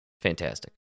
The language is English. fantastic